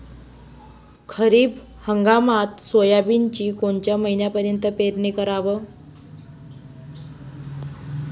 खरीप हंगामात सोयाबीनची कोनच्या महिन्यापर्यंत पेरनी कराव?